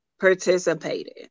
participated